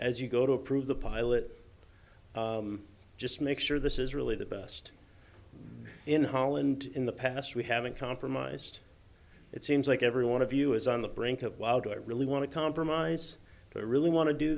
as you go to approve the pilot just make sure this is really the best in holland in the past we haven't compromised it seems like every one of you is on the brink of wow do i really want to compromise but really want to do